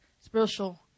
spiritual